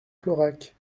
florac